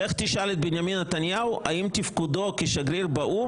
לך תשאל את בנימין נתניהו האם תפקודו כשגריר באו"ם